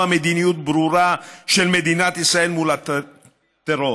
מדיניות ברורה של מדינת ישראל מול הטרור.